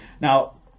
Now